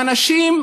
האנשים,